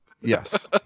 yes